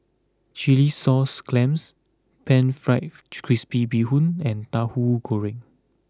Chilli Sauce Clams Pan Fried Chips Crispy Bee Hoon and Tahu Goreng